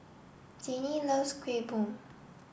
Jayne loves Kuih Bom